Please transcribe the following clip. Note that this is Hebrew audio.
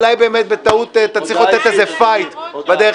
אולי בטעות תצליחו לתת איזשהו פייט בדרך